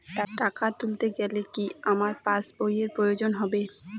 টাকা তুলতে গেলে কি আমার পাশ বইয়ের প্রয়োজন হবে?